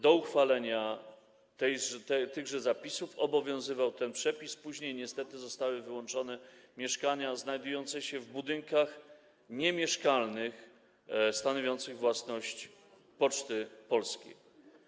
Do uchwalenia tychże zapisów obowiązywał ten przepis, później niestety zostały z tego wyłączone mieszkania znajdujące się w budynkach niemieszkalnych stanowiących własność Poczty Polskiej.